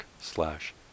slash